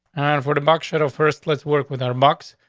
on for the mark shadow. first, let's work with our marks.